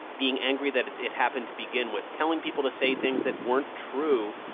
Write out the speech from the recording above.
being angry that it it happened to begin with, telling people to say things that weren't true.